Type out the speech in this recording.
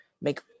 Make